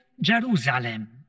Jerusalem